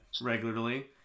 regularly